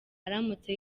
aramutse